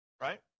right